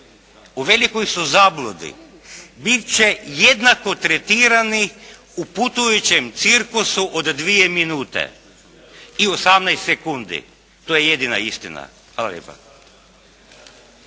u velikoj su zabludi. Bit će jednako tretirati u putujućem cirkusu od dvije minuta i 18 sekundi. To je jedina istina. Hvala lijepa.